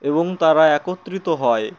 এবং তারা একত্রিত হয়